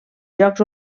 jocs